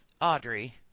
Audrey